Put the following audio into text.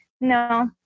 no